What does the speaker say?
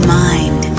mind